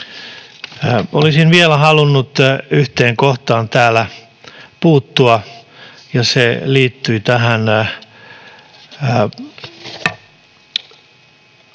Olisin vielä halunnut yhteen kohtaan täällä puuttua, ja se liittyy tähän